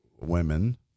women